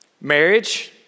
Marriage